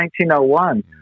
1901